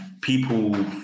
people